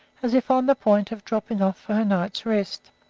as if on the point of dropping off for her night's rest.